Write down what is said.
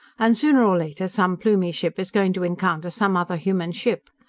and sooner or later some plumie ship is going to encounter some other human ship.